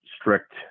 strict